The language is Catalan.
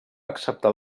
acceptar